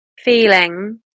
feeling